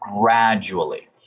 gradually